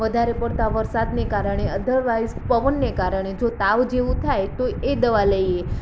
વધારે પડતા વરસાદને કારણે અધરવાઇઝ પવનને કારણે જો તાવ જેવું થાય તો એ દવા લઈએ